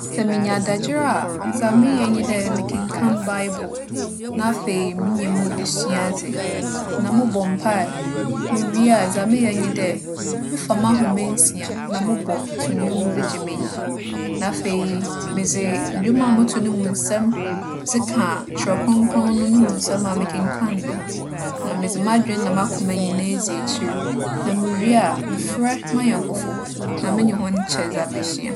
Sɛ minya adagyer a, dza meyɛ nye dɛ mekenkan Baebor, na afei minya mu esuadze, na mobͻ mpaa. Na muwie a, dza meyɛ nye dɛ, mefa m'ahomansia na mobͻ tow ndwom dze gye m'enyi. Na afei medze ndwom a motow no mu nsɛm dze ka kyerɛwkronkron no no mu nsɛm a mekenkanee no ho. Na medze m'adwen nye m'akoma nyina dzi ekyir. Na muwie a, mefrɛ m'anyɛnkofo na menye hͻn kyɛ dza mesua.